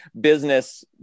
business